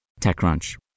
TechCrunch